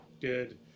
Good